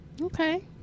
okay